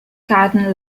cartoon